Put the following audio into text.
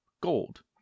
gold